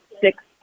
six